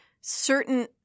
certain